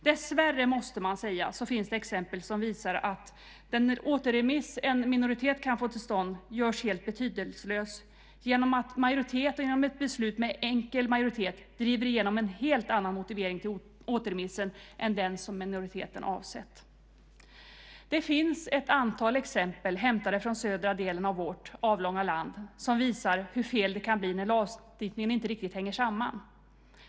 Dessvärre, måste man säga, finns det exempel som visar att den återremiss som en minoritet kan få till stånd görs helt betydelselös genom att majoriteten, genom ett beslut med enkel majoritet, driver igenom en helt annan motivering till återremissen än den som minoriteten avsett. Det finns ett antal exempel hämtade från södra delen av vårt avlånga land som visar hur fel det kan bli när lagstiftningen inte riktigt hänger samman.